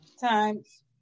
times